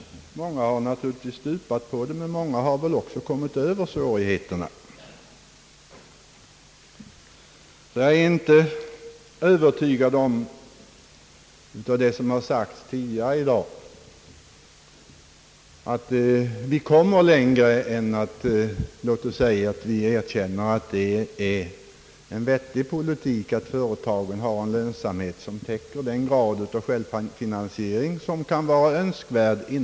Många har naturligtvis stupat på detta, men många har också kommit över svårigheterna. Av det som sagts tidigare i dag har jag inte blivit övertygad om att vi kan komma längre än att vi erkänner att det är en vettig politik att företagen har en lönsamhet som täcker den grad av självfinansiering som kan vara önskvärd.